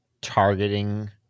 targeting